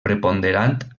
preponderant